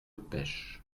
pêche